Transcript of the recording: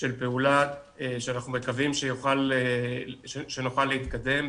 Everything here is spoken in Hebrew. של פעולה שאנחנו מקווים שנוכל להתקדם,